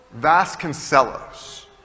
vasconcelos